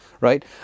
right